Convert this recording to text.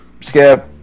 skip